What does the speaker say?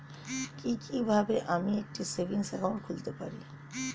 কি কিভাবে আমি একটি সেভিংস একাউন্ট খুলতে পারি?